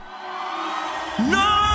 No